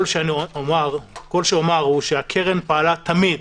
כל שאומר הוא שהקרן פעלה תמיד